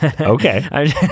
Okay